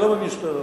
אני לא מבין סטריאו.